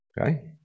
Okay